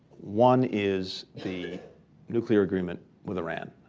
one is the nuclear agreement with iran,